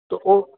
ਤੋ ਉਹ